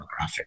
demographic